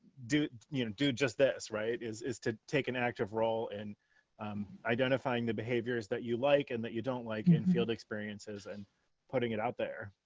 do you know do just this right is is to take an active role and identifying the behaviors that you like and that you don't like and field experiences and putting it out there.